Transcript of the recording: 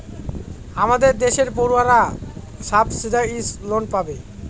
আমাদের দেশের পড়ুয়ারা সাবসিডাইস লোন পাবে